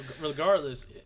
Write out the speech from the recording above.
Regardless